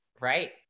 Right